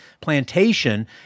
plantation